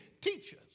teaches